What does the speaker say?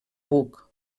buc